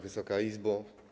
Wysoka Izbo!